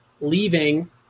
leaving